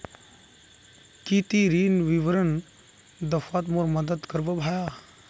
की ती ऋण विवरण दखवात मोर मदद करबो भाया